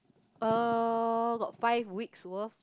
uh got five weeks worth